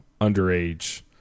underage